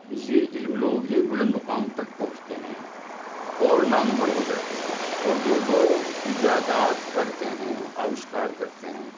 ذی علم لوگ ہی بلند مقام تک پہنچتے ہیں اور نامور ہوجاتے ہیں اور جو لوگ ایجادات کرتے ہیں اوشکار کرتے ہیں